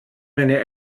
meine